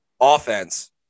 offense